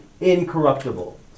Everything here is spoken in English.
incorruptible